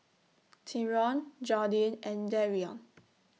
Tyron Jordin and Darrion